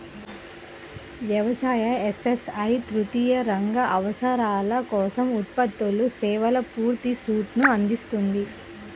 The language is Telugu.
వ్యవసాయ, ఎస్.ఎస్.ఐ తృతీయ రంగ అవసరాల కోసం ఉత్పత్తులు, సేవల పూర్తి సూట్ను అందిస్తుంది